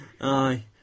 Aye